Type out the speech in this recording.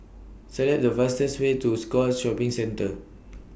Select The fastest Way to Scotts Shopping Centre